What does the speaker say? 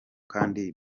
kandi